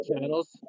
channels